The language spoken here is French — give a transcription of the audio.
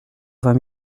vingt